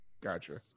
Gotcha